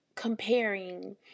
comparing